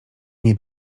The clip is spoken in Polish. nie